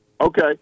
Okay